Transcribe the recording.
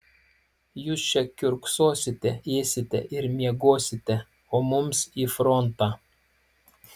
jūs čia kiurksosite ėsite ir miegosite o mums į frontą